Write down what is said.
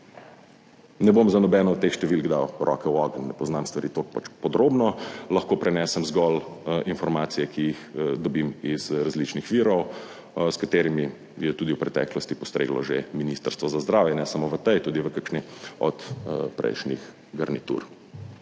Ne bom za nobeno od teh številk dal roke v ogenj, ne poznam stvari toliko podrobno. Lahko prenesem zgolj informacije, ki jih dobim iz različnih virov, s katerimi je tudi v preteklosti postreglo že Ministrstvo za zdravje, ne samo v tej, tudi v kakšni od prejšnjih garnitur.